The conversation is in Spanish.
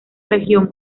región